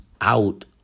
out